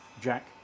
Jack